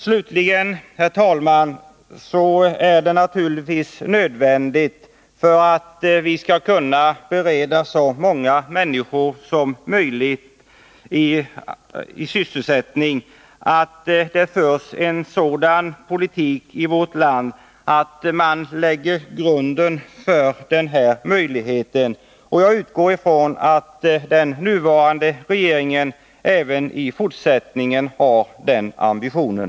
Slutligen, herr talman, vill jag säga att det naturligtvis är nödvändigt, för att vi skall kunna bereda så många människor som möjligt sysselsättning, att det förs en sådan politik i vårt land att man lägger grunden för den möjligheten. Jag utgår från att den nuvarande regeringen även i fortsättningen har den ambitionen.